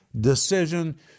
decision